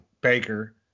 Baker